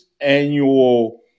annual